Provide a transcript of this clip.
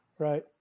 Right